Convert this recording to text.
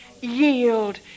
yield